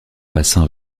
bassin